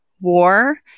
war